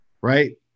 Right